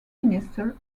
minister